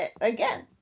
again